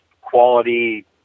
quality